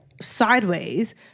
sideways